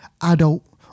adult